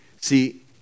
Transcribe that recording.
See